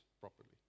properly